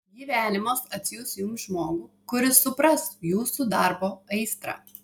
gyvenimas atsiųs jums žmogų kuris supras jūsų darbo aistrą